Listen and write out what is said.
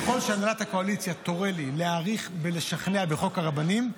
תורה לי להאריך בלשכנע בחוק הרבנים,